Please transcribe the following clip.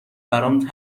برام